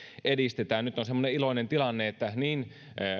edistetään nyt on semmoinen iloinen tilanne että niin